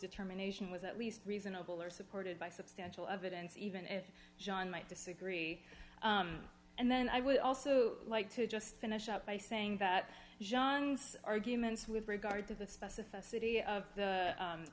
determination was at least reasonable or supported by substantial evidence even if john might disagree and then i would also like to just finish up by saying that arguments with regard to the specificity of